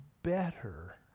Better